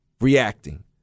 reacting